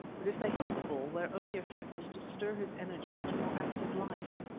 but if they hit the bull, their only effect was to stir his energies to more active life.